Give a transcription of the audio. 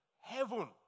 Heaven